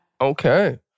Okay